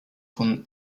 von